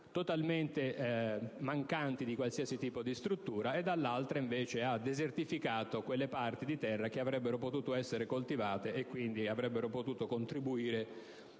totalmente mancanti di qualsiasi tipo di struttura, dall'altro ha desertificato quelle parti di terra che avrebbero potuto essere coltivate e quindi avrebbero potuto contribuire